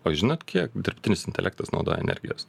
o jūs žinot kiek dirbtinis intelektas naudoja energijos